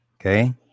Okay